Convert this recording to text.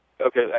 okay